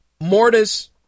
mortis